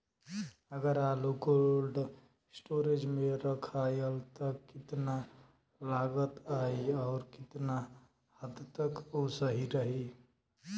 अगर आलू cold storage में रखायल त कितना लागत आई अउर कितना हद तक उ सही रही?